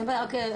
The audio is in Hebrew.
אין בעיה.